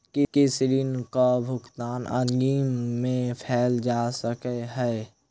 की ऋण कऽ भुगतान अग्रिम मे कैल जा सकै हय?